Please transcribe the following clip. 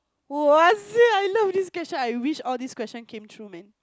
what the I love this question I wish all this question came through man